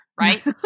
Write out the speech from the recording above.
right